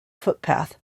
footpath